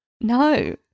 No